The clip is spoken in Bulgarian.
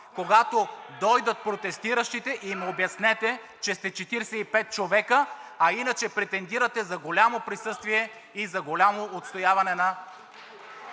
Когато дойдат протестиращите, им обяснете, че сте 45 човека, а иначе претендирате за голямо присъствие и за голямо отстояване на…